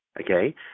okay